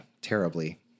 terribly